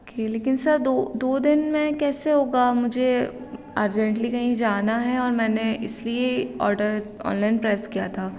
ओ के लेकिन सर दो दो दिन में कैसे होगा मुझे अर्जेंटली कहीं जाना है ऑन मैंने इसलिए ऑर्डर ऑनलाइन प्लेस किया था